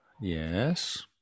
Yes